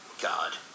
God